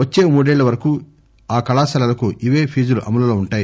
వచ్చే మూడేళ్ళ వరకు ఆ కళాశాలలకు ఇవే ఫీజులు అమలులో ఉంటాయి